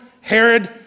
Herod